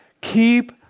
Keep